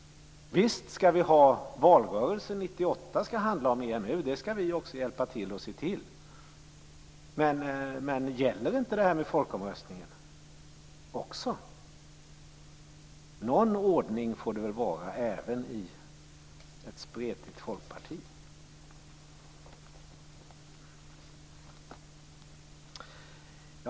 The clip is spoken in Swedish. Visst skall valrörelsen 1998 handla om EMU. Vi skall också hjälpa till där och se till att det blir så. Men gäller inte detta med folkomröstningen också? Någon ordning får det väl vara även i ett spretigt folkparti.